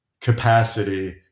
capacity